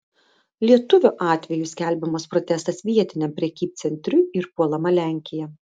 lietuvio atveju skelbiamas protestas vietiniam prekybcentriui ir puolama lenkija